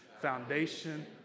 foundation